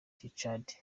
tchad